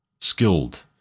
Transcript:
skilled